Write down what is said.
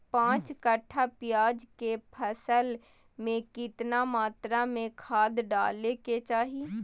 पांच कट्ठा प्याज के फसल में कितना मात्रा में खाद डाले के चाही?